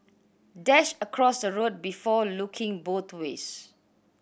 dash across the road before looking both ways